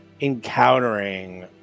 encountering